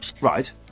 Right